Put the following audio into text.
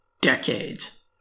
decades